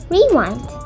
Rewind